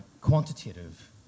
quantitative